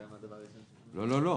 לא, לא.